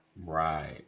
Right